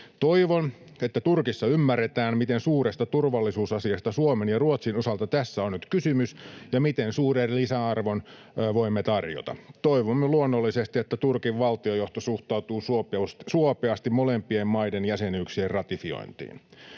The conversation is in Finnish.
Toivon, että Turkissa ymmärretään, miten suuresta turvallisuusasiasta Suomen ja Ruotsin osalta tässä on nyt kysymys ja miten suuren lisäarvon voimme tarjota. Toivomme luonnollisesti, että Turkin valtionjohto suhtautuu suopeasti molempien maiden jäsenyyksien ratifiointiin.